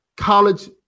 college